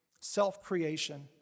self-creation